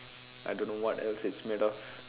I don't know what else it's made of